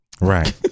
Right